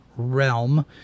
realm